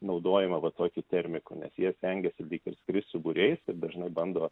naudojimą va tokį termikų nes jie stengiasi lyg ir skrist su būriais ir dažnai bando